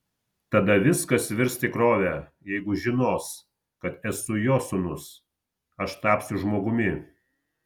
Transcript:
tada viskas virs tikrove jeigu žinos kad esu jo sūnus aš tapsiu žmogumi